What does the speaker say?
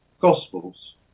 Gospels